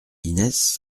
inès